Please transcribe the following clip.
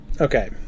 okay